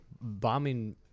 bombing